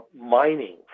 mining